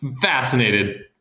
fascinated